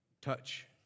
touch